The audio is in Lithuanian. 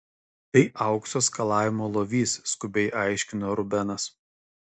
tai aukso skalavimo lovys skubiai aiškino rubenas